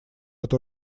эту